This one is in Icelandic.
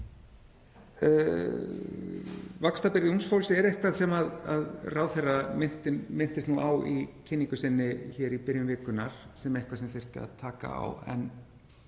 Vaxtabyrði ungs fólks er eitthvað sem ráðherra minntist á í kynningu sinni hér í byrjun vikunnar sem eitthvað sem þyrfti að taka á en